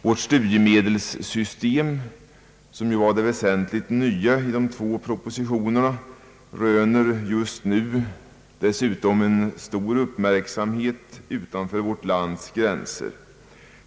Vårt studiemedelssystem, som ju var det väsentligt nya i de två propositionerna, röner just nu dessutom en stor uppmärksamhet utanför vårt lands gränser.